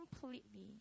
Completely